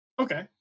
Okay